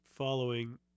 following